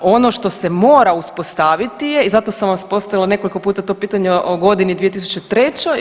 Ono što se mora uspostaviti je i zato sam vam postavila nekoliko puta to pitanje o godini 2003.